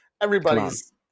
Everybody's